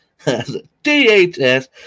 DHS